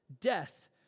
death